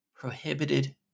prohibited